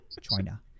China